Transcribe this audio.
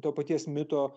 to paties mito